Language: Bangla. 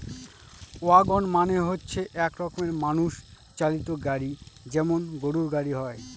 ওয়াগন মানে হচ্ছে এক রকমের মানুষ চালিত গাড়ি যেমন গরুর গাড়ি হয়